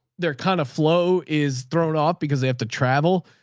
their kind of flow is thrown off because they have to travel,